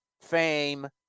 fame